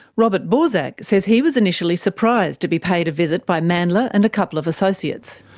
robert borsak says he was initially surprised to be paid a visit by mandla and a couple of associates.